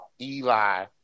Eli